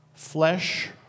Flesh